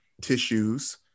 tissues